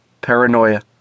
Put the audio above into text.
Paranoia